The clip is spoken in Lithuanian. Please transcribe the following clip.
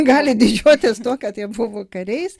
gali didžiuotis tuo kad jie buvo kariais